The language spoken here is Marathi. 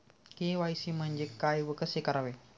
के.वाय.सी म्हणजे काय व कसे करावे?